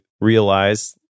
realize